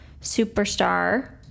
superstar